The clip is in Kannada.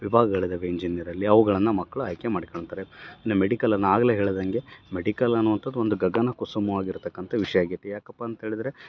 ವಿಭಾಗಳಿದ್ದಾವೆ ಇಂಜೀನಿಯರಲ್ಲಿ ಅವುಗಳನ್ನ ಮಕ್ಕಳು ಆಯ್ಕೆ ಮಾಡಿಕಳ್ತಾರೆ ಇನ್ನ ಮೆಡಿಕಲ್ ನಾ ಆಗಲೇ ಹೇಳ್ದಂಗೆ ಮೆಡಿಕಲ್ ಅನ್ನುವಂಥದ್ದು ಒಂದು ಗಗನ ಕುಸುಮವಾಗಿರ್ತಕ್ಕಂಥ ವಿಷಯ ಆಗೈತಿ ಯಾಕಪ್ಪ ಅಂತೇಳಿದರೆ